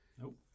Nope